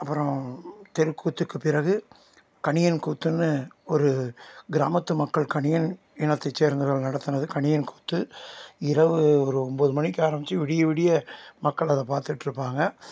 அப்புறம் தெருக்கூத்துக்கு பிறகு கணியன் கூத்துன்னு ஒரு கிராமத்து மக்கள் கணியன் இனத்தை சேர்ந்தவர்கள் நடத்துவது கணியன் கூத்து இரவு ஒரு ஒம்போது மணிக்கு ஆரம்மிச்சி விடிய விடிய மக்கள் அதை பாத்துட்டுருப்பாங்க